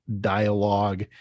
dialogue